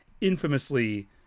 infamously